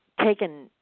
taken